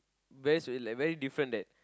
best will at very different that